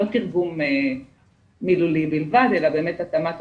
לא תרגום מילולי בלבד אלא באמת התאמה תרבותית,